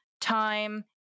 time